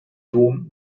dom